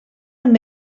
amb